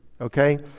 Okay